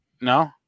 no